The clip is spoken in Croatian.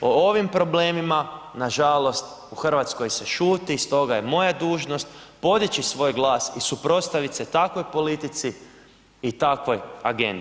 O ovim problemima nažalost u Hrvatskoj se šuti, stoga je moja dužnost podići svoj glas i suprotstavit se takvoj politici i takvoj agendi.